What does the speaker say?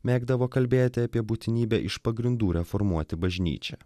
mėgdavo kalbėti apie būtinybę iš pagrindų reformuoti bažnyčią